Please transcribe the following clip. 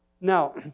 now